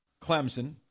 Clemson